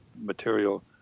material